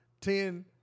Ten